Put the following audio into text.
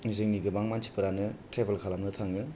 जोंनि गोबां मानसिफोरानो ट्रेभेल खालामनो थाङो